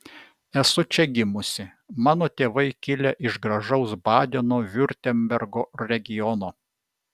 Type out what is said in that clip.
esu čia gimusi mano tėvai kilę iš gražaus badeno viurtembergo regiono